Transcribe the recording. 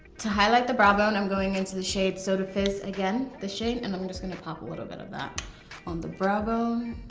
to highlight the brow bone i'm going into the shade soda fizz again, this shade, and i'm just gonna pop a little bit of that on the brow bone.